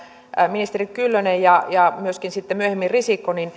ministeri kyllönen ja ja myöskin sitten myöhemmin risikko